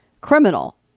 criminal